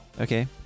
Okay